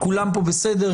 כולם פה בסדר.